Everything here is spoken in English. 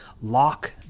lock